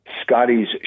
Scotty's